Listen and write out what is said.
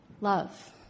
Love